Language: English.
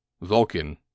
Vulcan